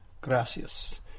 Gracias